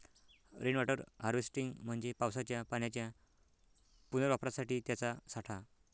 rain water harvesting म्हणजे पावसाच्या पाण्याच्या पुनर्वापरासाठी त्याचा साठा